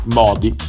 modi